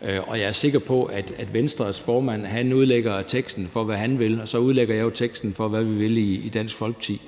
Og jeg er sikker på, at Venstres formand udlægger teksten for, hvad han vil, og så udlægger jeg jo teksten for, hvad vi vil i Dansk Folkeparti.